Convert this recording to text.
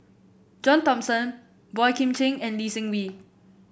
John Thomson Boey Kim Cheng and Lee Seng Wee